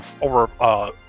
over